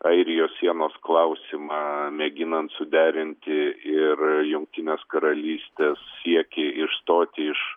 airijos sienos klausimą mėginant suderinti ir jungtinės karalystės siekį išstoti iš